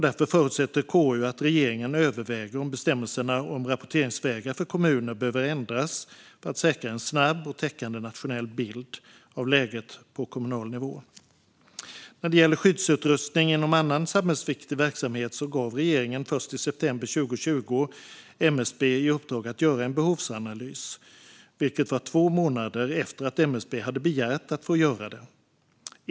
Därför förutsätter KU att regeringen överväger om bestämmelserna om rapporteringsvägar för kommuner behöver ändras för att säkra en snabb och täckande nationell bild av läget på kommunal nivå. När det gäller skyddsutrustning inom annan samhällsviktig verksamhet gav regeringen först i september 2020 MSB i uppdrag att göra en behovsanalys, vilket var två månader efter att MSB hade begärt att få göra det.